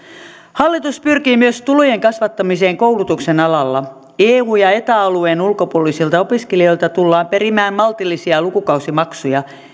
hallitus pyrkii myös tulojen kasvattamiseen koulutuksen alalla eu ja eta alueen ulkopuolisilta opiskelijoilta tullaan perimään maltillisia lukukausimaksuja